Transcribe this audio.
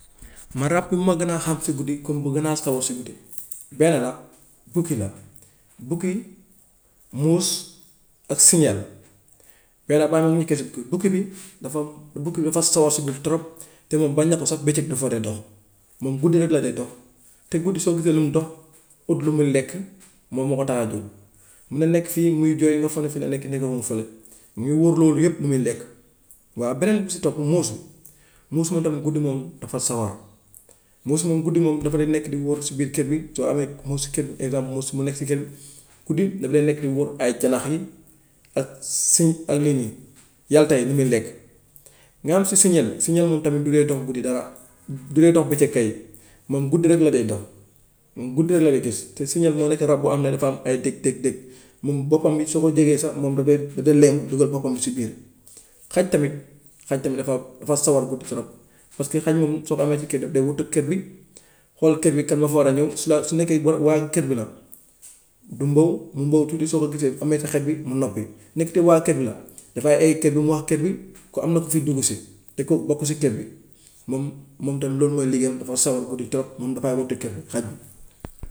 Man rab bu ma gën a xam si guddi comme bu gën a sawar si guddi benn bukki la bukki muus ak siñel. Bukki bi dafa bukki dafa sawar si guddi trop te moom bañ na ko sax bëccëg du fa di dox moom guddi rek la dee dox te guddi soo gisee li muy dox ut lu mu lekk moom moo ko tax a jug mun na nekk fii muy jooy nga foog ne fii la nekk ndeke mu ngi fële mu ngi wër loolu yëpp lu muy lekk. Waaw beneen bi si topp muus muus moom tamit guddi moom dafa sawar muus moom guddi moom dafa day nekk di wër si biir kër bi soo amee muus si kër gi exemple muus mu nekk si kër bi guddi dafa dee nekk di wër ay janax yi ak si ay lii nii yalta yi lu muy lekk. Ñu am si siñel siñel moom tamit du dee dox guddi daa du dee dox bëccëg kay moom guddi rek la dee dox moom guddi rek lay gis te siñel moo nekk rab boo xam ne dafa am dëg dëg dëg moom boppam bi soo ko jegee sax moom da koy da koy lem dugal boppam bi ci biir. Xaj tamit xaj tamit dafa dafa sawar guddi trop parce que xaj moom soo ko amee si kër day wottu kër bi xool kër bi kan moo fi war a ñëw su la su nekkee waa kër bi la du mbów mu mbów tuuti soo ko gisee xàmmee sa xet bi mu noppi ndekete waa kër bi la dafay ey kër bi mu wax kër bi ko am na ku fiy duggu si te kooku bokkul si kër bi moom moom tam loolu mooy liggéeyam dafa sawar guddi trop moom dafaa wottu kër bi xaj bi.